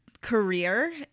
career